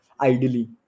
ideally